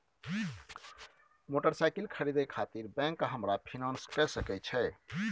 Motorcycle खरीदे खातिर bank हमरा फिनांस कय सके छै?